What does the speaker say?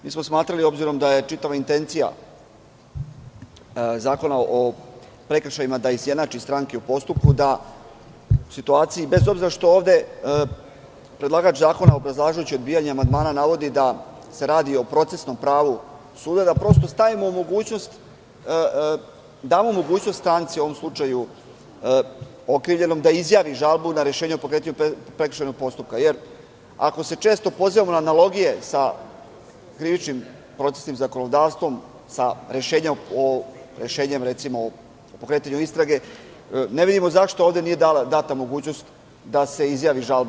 Mi smo smatrali, obzirom da je čitava intencija Zakona o prekrašajima da izjednači stranke u postupku, da u situaciji, bez obzira što ovde predlagač zakona, obrazlažući odbijanje amandmana, navodi da se radi o procesnom pravu suda, da prosto damo mogućnost stranci, u ovom slučaju okrivljenom, da izjavi žalbu na rešenje o pokretanju prekršajnog postupka, jer ako se često pozivamo na analogije sa krivičnim procesnim zakonodavstvom, sa rešenjem o pokretanju istrage, ne vidimo zašto ovde nije data mogućnost da se izjavi žalba.